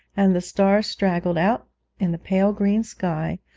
and the stars straggled out in the pale green sky,